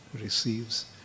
receives